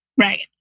Right